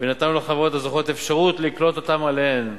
ונתנו לחברות הזוכות אפשרות לקלוט אותם אליהן,